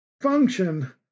function